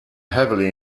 heavily